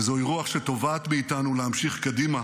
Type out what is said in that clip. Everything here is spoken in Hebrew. וזוהי רוח שתובעת מאיתנו להמשיך קדימה